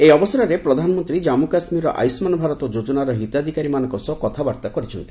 ଏହି ଅବସରରେ ପ୍ରଧାନମନ୍ତ୍ରୀ କାଞ୍ଗୁ କାଶ୍ମୀରର ଆୟୁଷ୍ମାନ୍ ଭାରତ ଯୋଜନାର ହିତାଧିକାରୀମାନଙ୍କ ସହିତ କଥାବାର୍ତ୍ତା କରିଛନ୍ତି